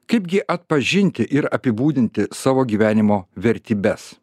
kaipgi atpažinti ir apibūdinti savo gyvenimo vertybes